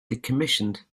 decommissioned